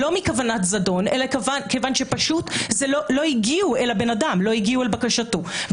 זה לא מכוונת זדון אלא פשוט לא הגיעו אל בקשת הפונה.